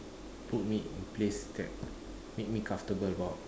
put me in place that make me comfortable about